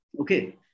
Okay